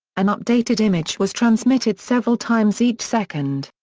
an updated image was transmitted several times each second.